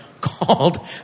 called